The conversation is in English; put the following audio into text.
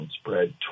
spread